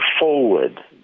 forward